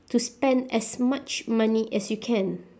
to spend as much money as you can